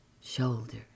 shoulder